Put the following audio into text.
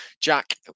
Jack